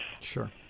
Sure